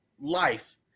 life